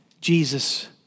Jesus